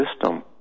system